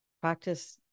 Practice